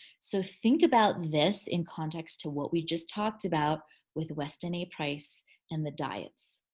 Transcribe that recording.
so think about this in context to what we just talked about with western a. price and the diets.